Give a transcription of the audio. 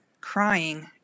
Crying